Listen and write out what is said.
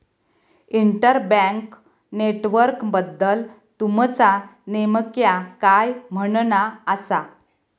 inter bank नेटवर्कबद्दल तुमचा नेमक्या काय म्हणना आसा